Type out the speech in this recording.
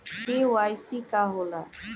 KYC का होला?